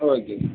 okay